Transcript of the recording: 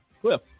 Cliff